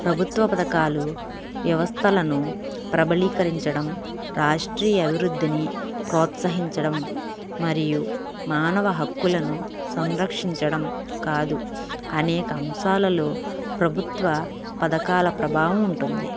ప్రభుత్వ పథకాలు వ్యవస్థలను ప్రబళీకరించడం రాష్ట్రీయ అభివృద్ధిని ప్రోత్సహించడం మరియు మానవ హక్కులను సంరక్షించడం కాదు అనేక అంశాలలో ప్రభుత్వ పథకాల ప్రభావం ఉంటుంది